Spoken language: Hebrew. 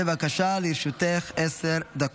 בבקשה, לרשותך עשר דקות.